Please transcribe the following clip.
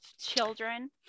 children